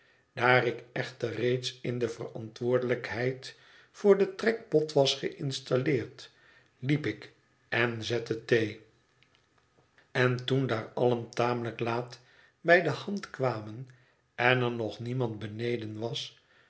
daar ik echter reeds in de verantwoordelijkheid voor den trekpot was geïnstalleerd liep ik en zette thee en toen daar allen tamelijk laat bij de hand kwamen en er nog niemand beneden was